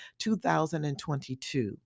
2022